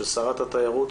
של שרת התיירות,